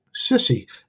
sissy